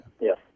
Yes